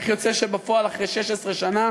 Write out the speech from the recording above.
איך יוצא שבפועל אחרי 16 שנה